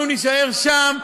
אנחנו נישאר שם.